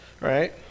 right